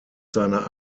seiner